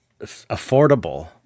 affordable